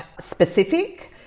specific